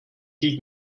hielt